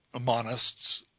monists